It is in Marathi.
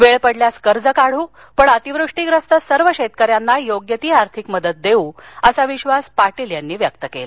वेळ पडल्यास कर्ज काढू पण अतिवृष्टीप्रस्त सर्व शेतकऱ्यांना योग्य ती आर्थिक मदत देऊ असा विश्वास पाटील यांनी व्यक्त केला